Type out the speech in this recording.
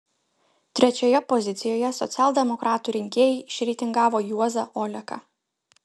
trečioje pozicijoje socialdemokratų rinkėjai išreitingavo juozą oleką